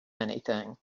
anything